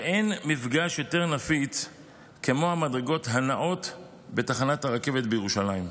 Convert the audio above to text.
ואין מפגש יותר נפיץ מהמדרגות הנעות בתחנת הרכבת בירושלים.